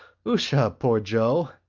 usha, poor joe!